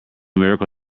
miracle